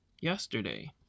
yesterday